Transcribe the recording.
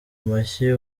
amashyi